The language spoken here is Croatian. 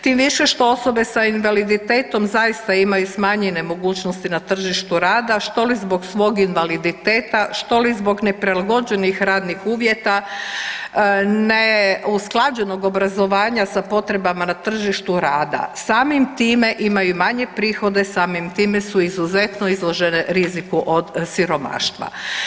Tim više što osobe sa invaliditetom zaista imaju smanjene mogućnosti na tržištu rada, što li zbog svog invaliditete, što li zbog neprilagođenih radnih uvjeta, neusklađenog obrazovanja sa potrebama na tržištu rada, samim time imaju manje prihode, samim time su izuzetno izložene riziku od siromaštva.